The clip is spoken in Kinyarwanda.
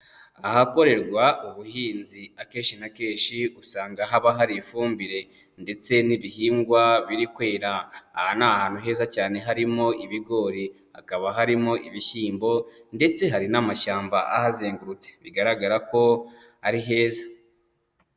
Ahakorerwa ubuhinzi akenshi na kenshi usanga haba hari ifumbire ndetse n'ibihingwa biri kwera, aha ni ahantu heza cyane harimo ibigori, hakaba harimo ibishyimbo ndetse hari n'amashyamba ahazengurutse, bigaragara ko ari heza.